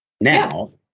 Now